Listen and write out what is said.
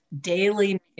daily